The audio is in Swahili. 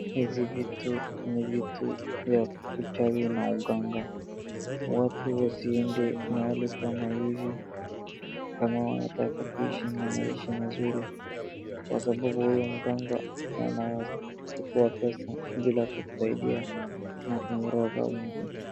Hizi vitu ni vitu ya uchawi na uganga, watu wasiende mahali kama hivi kama wanataka kuishi na maisha mazuri. Kwa sababu huyu mganga anachukua pesa bila kusaidia na kumroga mtu.